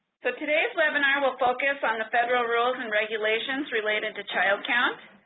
so today's webinar will focus on the federal rules and regulations related to child count.